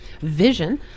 vision